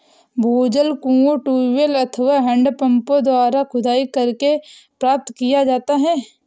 भूजल कुओं, ट्यूबवैल अथवा हैंडपम्पों द्वारा खुदाई करके प्राप्त किया जाता है